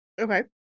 Okay